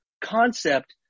concept